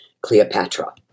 Cleopatra